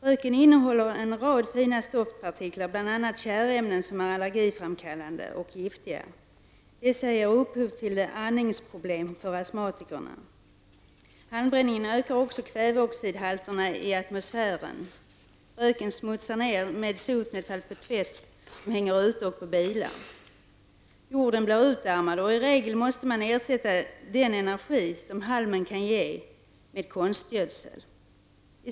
Röken innehåller en rad fina stoftpartiklar, bl.a. tjärämnen som är allergiframkallande och giftiga. Dessa ger upphov till andningsproblem för astmatiker. Halmbränningen ökar också kväveoxidhalterna i atmosfären. Genom sotnedfall smutsar röken ned tvätt som hänger ute och bilar. Jorden blir utarmad, och i regel måste man ersätta den energi som halmen kan ge med konstgödsel.